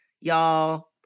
Y'all